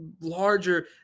larger